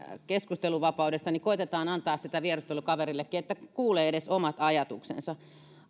keskustelunvapaudesta niin koetetaan antaa sitä vieruskaverillekin niin että kuulee edes omat ajatuksensa